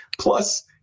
plus